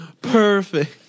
Perfect